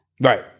Right